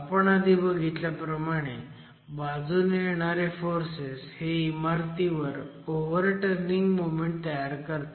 आपन आधी बघितल्याप्रमाणे बाजूने येणारे फोर्सेस हे इमारतीवर ओव्हरटर्निंग मोमेंट तयार करतात